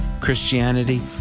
Christianity